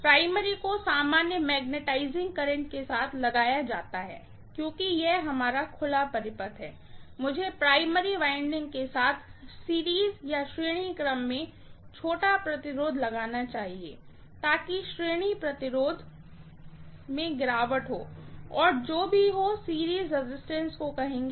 primary को सामान्य magnetising current के साथ लगाया जाता है क्योंकि यह हमारा ओपन सर्किट है मुझे प्राइमरी वाइंडिंग के साथ श्रेणी क्रम में छोटा रेजिस्टेंस लगाना चाहिए ताकि श्रेणी रेजिस्टेंस में गिरावट हो और जो भी हो सीरीज़ रेजिस्टेंस को कहेंगे